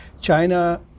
China